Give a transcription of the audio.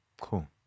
Cool